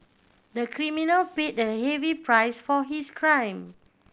the criminal paid a heavy price for his crime